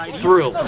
thrills.